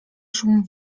szum